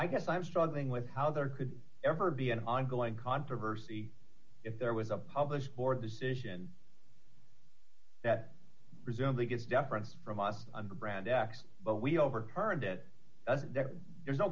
i guess i'm struggling with how there could ever be an ongoing controversy if there was a published board decision that presumably gets deference from us under brand x but we overturned it there's no